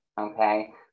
Okay